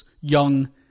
young